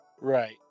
right